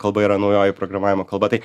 kalba yra naujoji programavimo kalba tai